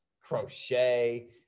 crochet